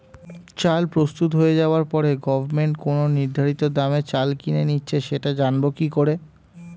চাল প্রস্তুত হয়ে যাবার পরে গভমেন্ট কোন নির্ধারিত দামে চাল কিনে নিচ্ছে সেটা জানবো কি করে?